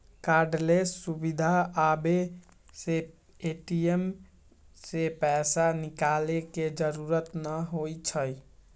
cardless सुविधा आबे से ए.टी.एम से पैसा निकाले के जरूरत न होई छई